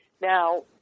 Now